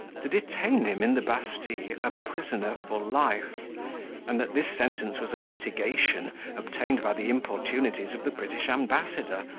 to detain him in the bastille a prisoner for life and that this sentence was a mitigation obtained by the importunities of the british ambassador,